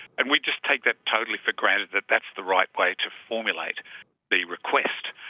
and we just take that totally for granted that that's the right way to formulate the request.